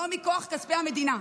לא מכוח כספי המדינה.